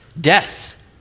death